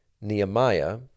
Nehemiah